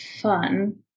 fun